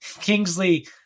Kingsley